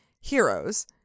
Heroes